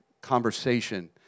conversation